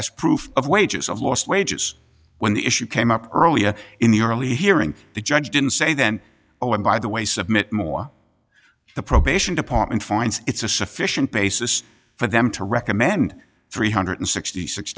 as proof of wages of lost wages when the issue came up earlier in the early hearing the judge didn't say then oh and by the way submit more the probation department finds it's a sufficient basis for them to recommend three hundred sixty six